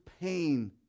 pain